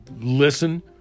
listen